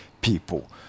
people